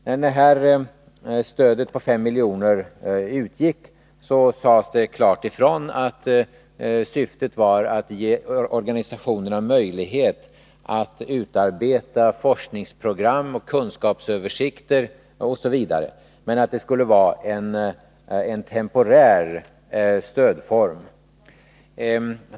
När detta stöd på 5 milj. utgick sades det klart ifrån att syftet var att ge organisationerna möjlighet att utarbeta forskningsprogram och kunskapsöversikter osv., men att det skulle vara en temporär stödform.